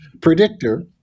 predictor